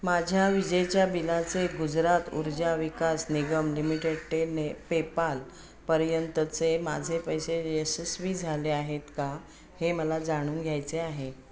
माझ्या विजेच्या बिलाचे गुजरात ऊर्जा विकास निगम लिमिटेड टेने पेपाल पर्यंतचे माझे पैसे यशस्वी झाले आहेत का हे मला जाणून घ्यायचे आहे